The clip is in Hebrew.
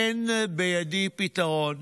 אין בידי פתרון,